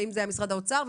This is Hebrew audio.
אם משרד האוצר,